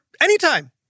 anytime